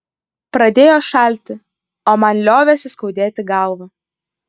pradėjo šalti o man liovėsi skaudėti galvą